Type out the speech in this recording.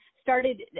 started